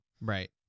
Right